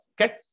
Okay